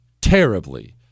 terribly